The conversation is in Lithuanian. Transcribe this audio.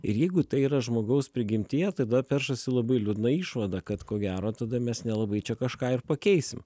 ir jeigu tai yra žmogaus prigimtyje tada peršasi labai liūdna išvada kad ko gero tada mes nelabai čia kažką ir pakeisim